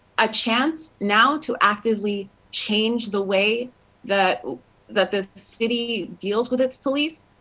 a chance now, to actively change the way that that the city deals with its police.